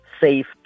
safe